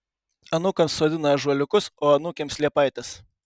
anūkams sodina ąžuoliukus o anūkėms liepaites